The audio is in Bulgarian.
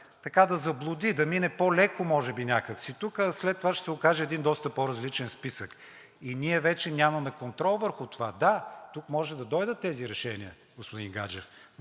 да заблуди, да мине по-леко може би някак си тук, а след това ще се окаже един доста по-различен списък. И ние вече нямаме контрол върху това. Да, тук може да дойдат тези решения, господин Гаджев,